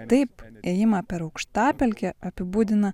taip ėjimą per aukštapelkę apibūdina